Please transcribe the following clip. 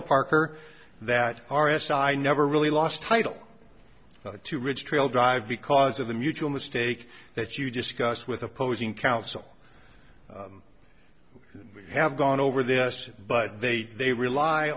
of parker that r s i never really lost title to ridge trail dr because of the mutual mistake that you discuss with opposing counsel we have gone over this but they they rely